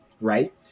right